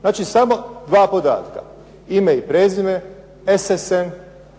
Znači, samo dva podatka. Ime i prezime, SSN